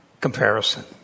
comparison